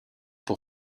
pour